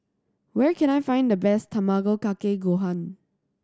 where can I find the best Tamago Kake Gohan